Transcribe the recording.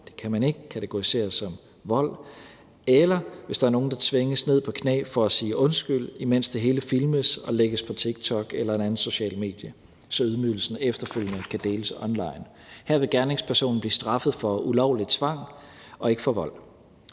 det kan man ikke kategorisere som vold, eller hvis der er nogen, der tvinges ned på knæ for at sige undskyld, imens det hele filmes og lægges på TikTok eller et andet socialt medie, så ydmygelsen efterfølgende kan deles online. Her vil gerningspersonen blive straffet for ulovlig tvang og ikke for vold.